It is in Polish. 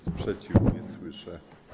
Sprzeciwu nie słyszę.